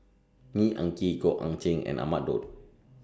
Neo Anngee Goh Eck Kheng and Ahmad Daud